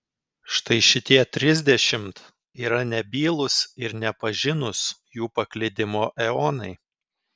štai šitie trisdešimt yra nebylūs ir nepažinūs jų paklydimo eonai